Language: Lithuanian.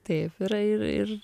taip yra ir ir